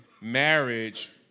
marriage